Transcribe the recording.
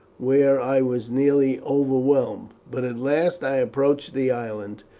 where i was nearly overwhelmed but at last i approached the island.